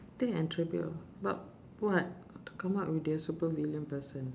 take an attribute but what how to come up with a super villain person